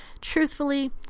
Truthfully